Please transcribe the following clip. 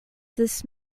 this